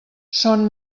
són